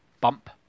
bump